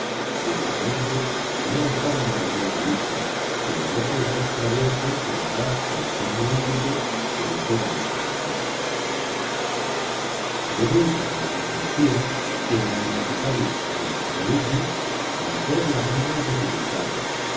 cuyos montes no osaban perder de vista temerosos de extraviarse en el vasto océano índico que les era desconocido de vuelta con las mercancías érales necesario al llegar al istmo vencer las mismas dificultades